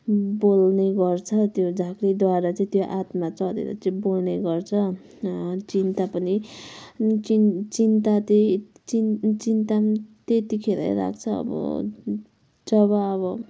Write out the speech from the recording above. बोल्ने गर्छ त्यो झाँक्रीद्वारा चाहिँ त्यो आत्मा चढेर चाहिँ बोल्ने गर्छ चिन्ता पनि चिन् चिन्ता त्यही चिन् चिन्ता पनि त्यतिखेरै राख्छ अब जब अब